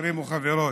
חברים וחברות,